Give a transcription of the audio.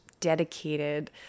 dedicated